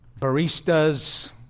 baristas